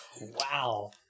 Wow